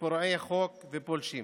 כפורעי חוק ופולשים.